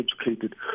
educated